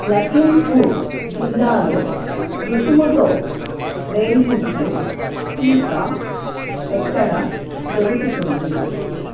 లఖింపూర్ జిల్లాలో రుసుముతో వేయించే టీకా ఎక్కడ దొరుకుతుంది